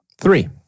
three